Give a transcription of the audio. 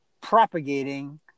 propagating